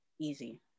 easy